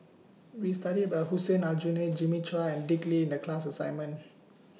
We studied about Hussein Aljunied Jimmy Chua and Dick Lee in The class assignment